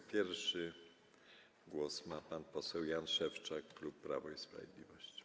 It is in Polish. Jako pierwszy głos ma pan poseł Jan Szewczak, klub Prawo i Sprawiedliwość.